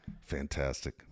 Fantastic